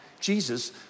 Jesus